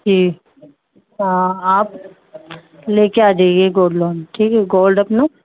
جی ہاں آپ لے کے آ جائیے گولڈ لون ٹھیک ہے گولڈ اپنا